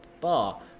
bar